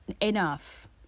enough